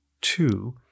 two